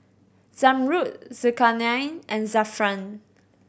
Zamrud Zulkarnain and Zafran